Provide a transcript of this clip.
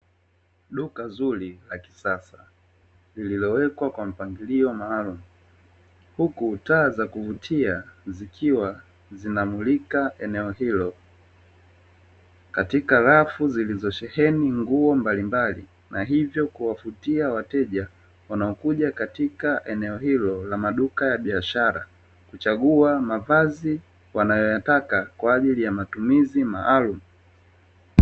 Duka zuri la kisasa lililowekwa kwa mpangilio maalum, huku taa za kuvutia zikiwa zinamulika eneo hilo, katika rafu zilizosheheni nguo mbalimbali na hivyo kuwavutia wateja wanaokuja katika eneo hilo la maduka ya biashara kuchagua mavazi wanayoyataka kwa ajili ya matumizi maalum.